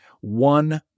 one